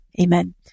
amen